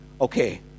okay